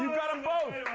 you got em both.